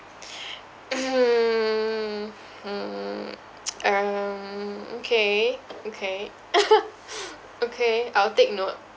hmm hmm um mm okay okay okay I'll take note